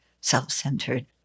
self-centered